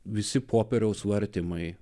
visi popieriaus vartymai